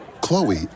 chloe